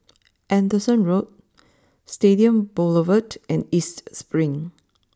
Anderson Road Stadium Boulevard and East Spring